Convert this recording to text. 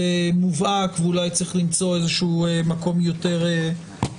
מובהק ואולי צריך למצוא איזה שהוא מקום יותר ממוצע.